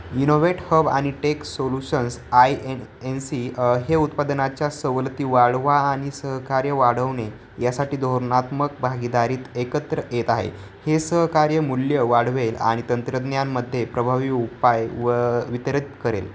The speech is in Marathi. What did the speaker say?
इनोवेट हब आणि tech solutions I N N C हे उत्पादनाच्या सवलती वाढवा आणि सहकार्य वाढवणे यासाठी धोरणात्मक भागीदारीत एकत्र येत आहे हे सहकार्य मूल्य वाढवेल आणि तंत्रज्ञानामध्ये प्रभावी उपाय व वितरित करेल